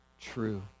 true